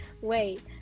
wait